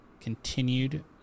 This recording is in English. continued